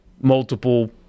multiple –